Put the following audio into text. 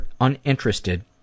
uninterested